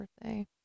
birthday